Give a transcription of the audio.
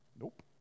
Nope